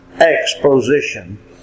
exposition